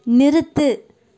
நிறுத்து